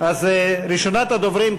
ראשונת הדוברים,